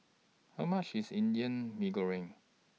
How much IS Indian Mee Goreng